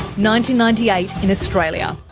ninety ninety eight in australia.